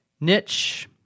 niche